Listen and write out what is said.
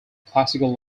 classical